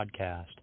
Podcast